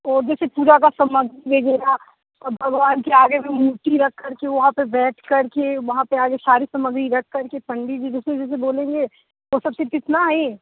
तो जैसे पूजा का समान मिल गया भगवान के आगे मूर्ति रख कर के वहाँ पर बैठ कर के वहाँ पर सारी सामग्री रख कर के पंडित जी जैसे जैसे बोलेंगे वो सब के कितना आई